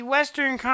Western